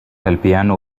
البيانو